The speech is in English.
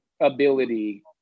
ability